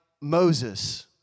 Moses